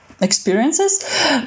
experiences